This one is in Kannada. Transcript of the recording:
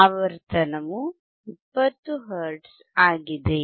ಆವರ್ತನವು 20 ಹರ್ಟ್ಜ್ ಆಗಿದೆ